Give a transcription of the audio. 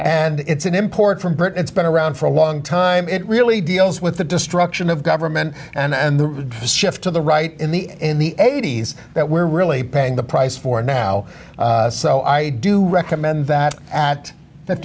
and it's an import from britain it's been around for a long time it really deals with the destruction of government and the shift to the right in the in the eighty's that we're really paying the price for it now so i do recommend that at